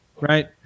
right